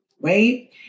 right